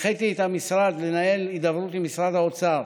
הנחיתי את המשרד לנהל הידברות עם משרד האוצר,